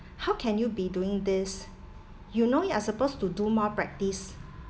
how can you be doing this you know you are supposed to do more practice